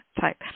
type